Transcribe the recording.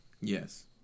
Yes